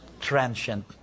transient